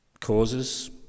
Causes